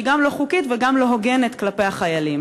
שהיא גם לא חוקית וגם לא הוגנת כלפי החיילים?